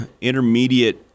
intermediate